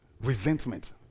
resentment